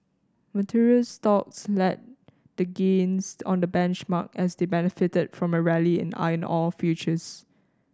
materials stocks led the gains on the benchmark as they benefited from a rally in iron or futures